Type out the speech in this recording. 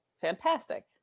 fantastic